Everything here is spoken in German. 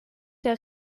der